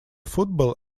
football